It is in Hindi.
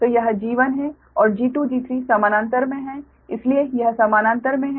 तो यह G1 है और G2G3 समानांतर में है इसीलिए यह समानांतर में है